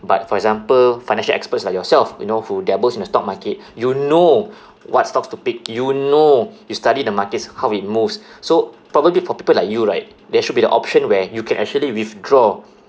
but for example financial experts like yourself you know who dabbles in the stock market you know what stocks to pick you know you study the markets how it moves so probably for people like you right there should be the option where you can actually withdraw